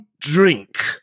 drink